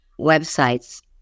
websites